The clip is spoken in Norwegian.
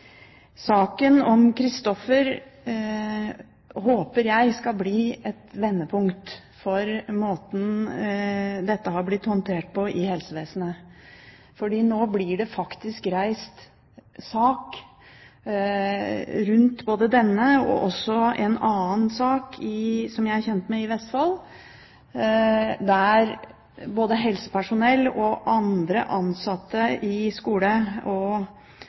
saken om Christoffer skal bli et vendepunkt med tanke på måten dette har blitt håndtert på i helsevesenet. Nå blir det faktisk reist sak i dette tilfellet. Også en annen sak fra Vestfold er jeg kjent med, der både helsepersonell og andre ansatte i skole- og